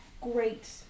great